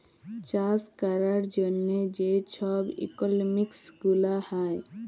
চাষ ক্যরার জ্যনহে যে ছব ইকলমিক্স গুলা হ্যয়